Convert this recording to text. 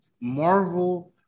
Marvel